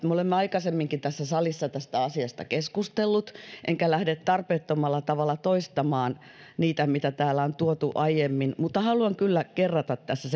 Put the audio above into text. me olemme aikaisemminkin tässä salissa tästä asiasta keskustelleet enkä lähde tarpeettomalla tavalla toistamaan mitä täällä on tuotu aiemmin ja haluan kerrata tässä